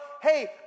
hey